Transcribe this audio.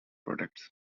protects